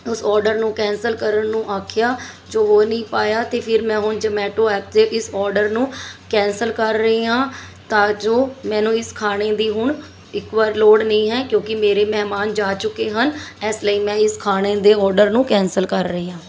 ਉਸ ਔਡਰ ਨੂੰ ਕੈਂਸਲ ਕਰਨ ਨੂੰ ਆਖਿਆ ਜੋ ਹੋ ਨਹੀਂ ਪਾਇਆ ਅਤੇ ਫਿਰ ਮੈਂ ਹੁਣ ਜਮੈਟੋ ਐਪ 'ਤੇ ਇਸ ਔਡਰ ਨੂੰ ਕੈਂਸਲ ਕਰ ਰਹੀ ਹਾਂ ਤਾਂ ਜੋ ਮੈਨੂੰ ਇਸ ਖਾਣੇ ਦੀ ਹੁਣ ਇੱਕ ਵਾਰ ਲੋੜ ਨਹੀਂ ਹੈ ਕਿਉਂਕਿ ਮੇਰੇ ਮਹਿਮਾਨ ਜਾ ਚੁੱਕੇ ਹਨ ਇਸ ਲਈ ਮੈਂ ਇਸ ਖਾਣੇ ਦੇ ਔਡਰ ਨੂੰ ਕੈਂਸਲ ਕਰ ਰਹੀ ਹਾਂ